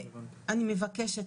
אני מבקשת